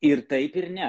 ir taip ir ne